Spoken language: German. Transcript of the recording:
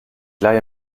leihe